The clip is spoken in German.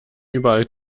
überall